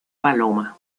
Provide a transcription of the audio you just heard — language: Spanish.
paloma